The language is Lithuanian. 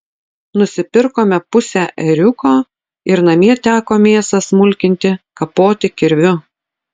nusipirkome pusę ėriuko ir namie teko mėsą smulkinti kapoti kirviu